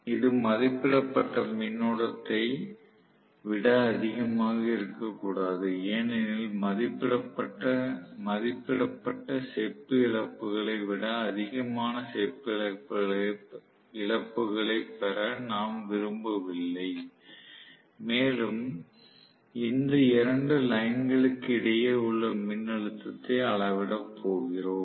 இது மதிப்பிடப்பட்ட மின்னோட்டத்தை விட அதிகமாக இருக்கக்கூடாது ஏனெனில் மதிப்பிடப்பட்ட செப்பு இழப்புகளை விட அதிகமான செப்பு இழப்புகளை பெற நாம் விரும்பவில்லை மேலும் இந்த 2 லைன் களுக்கு இடையே உள்ள மின்னழுத்தத்தை அளவிடப் போகிறோம்